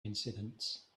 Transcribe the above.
incidents